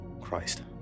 Christ